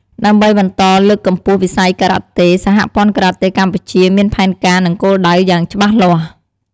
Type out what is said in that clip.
ដើម្បីបន្តលើកកម្ពស់វិស័យការ៉ាតេ សហព័ន្ធការ៉ាតេកម្ពុជាមានផែនការ និងគោលដៅយ៉ាងច្បាស់លាស់៖